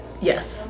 Yes